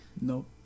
Nope